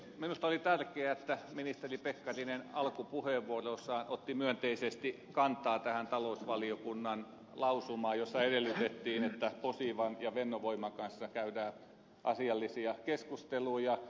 minusta oli tärkeä että ministeri pekkarinen alkupuheenvuorossaan otti myönteisesti kantaa tähän talousvaliokunnan lausumaan jossa edellytettiin että posivan ja fennovoiman kanssa käydään asiallisia keskusteluja